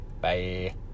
bye